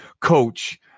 coach